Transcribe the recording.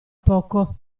poco